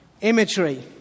imagery